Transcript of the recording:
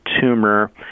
tumor